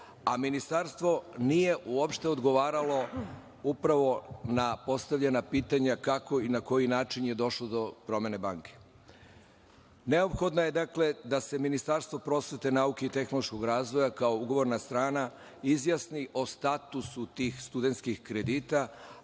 a Ministarstvo nije uopšte odgovaralo upravo na postavljena pitanja kako i na koji način je došlo do promene banke. Neophodno je, dakle, da se Ministarstvo prosvete, nauke i tehnološkog razvoja kao ugovorna strana izjasni o statusu tih studentskih kredita,